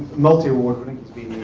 multi-award winning. he's been